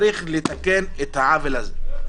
צריך לתקן את העוול הזה.